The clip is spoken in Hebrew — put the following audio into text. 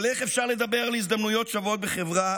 אבל איך אפשר לדבר על הזדמנויות שוות בחברה